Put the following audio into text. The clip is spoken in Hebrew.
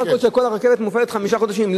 בסך הכול הרכבת מופעלת חמישה חודשים.